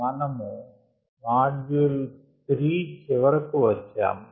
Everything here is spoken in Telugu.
మనము మాడ్యూల్ 3 చివరకు వచ్చాము